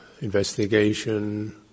investigation